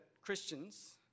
Christians